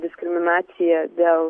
diskriminacija dėl